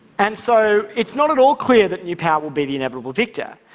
and so, it's not at all clear that new power will be the inevitable victor.